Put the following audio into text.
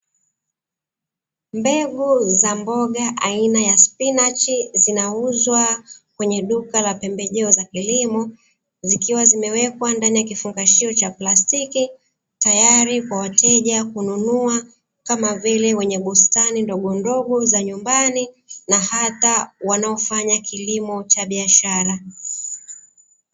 Mbegu za mboga aina ya spinachi zinauzwa kwenye duka la pembejeo za kilimo, zikiwa zimewekwa ndani ya kifungashio cha plastiki tayari kwa wateja kununua kama vile wenye bustani ndogondogo za nyumbani, na hata wanaofanya kilimo cha biashara